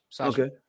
Okay